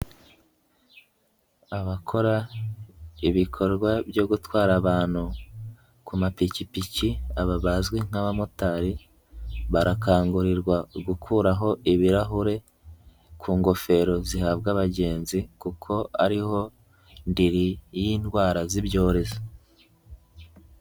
Abakora ibikorwa byo gutwara abantu ku mapikipiki, aba bazwi nk'abamotari, barakangurirwa gukuraho ibirahure ku ngofero zihabwa abagenzi kuko ariho ndiri y'indwara z'ibyorezo.